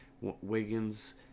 Wiggins